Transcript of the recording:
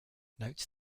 note